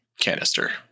canister